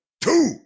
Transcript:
two